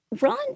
Ron